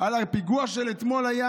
על פיגוע של אתמול.